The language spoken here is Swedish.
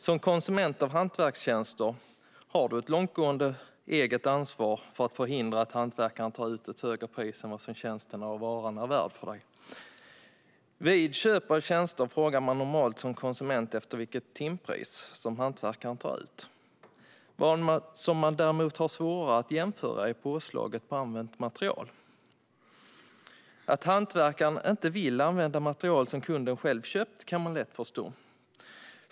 Som konsument av hantverkstjänster har du ett långtgående eget ansvar att förhindra att hantverkaren tar ut ett högre pris än vad tjänsten och varan är värda för dig. Vid köp av tjänster frågar man som konsument normalt efter vilket timpris hantverkaren tar ut. Vad man däremot har svårare att jämföra är påslaget på använt material. Att hantverkare inte vill använda material som kunden själv har köpt kan man lätt förstå.